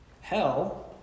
Hell